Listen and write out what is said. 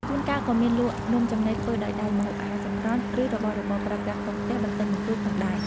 ជួនកាលក៏មានលក់នំចំណីធ្វើដោយដៃ ម្ហូបអាហារសម្រន់ ឬរបស់របរប្រើប្រាស់ក្នុងផ្ទះបន្តិចបន្តួចផងដែរ។